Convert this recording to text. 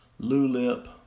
Lulip